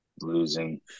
Losing